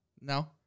No